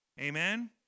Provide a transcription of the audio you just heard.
Amen